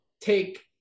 take